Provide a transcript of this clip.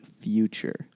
future